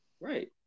Right